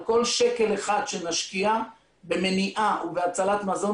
על כל שקל אחד שנשקיע במניעה ובהצלת מזון,